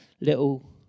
little